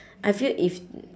I feel if